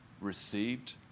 received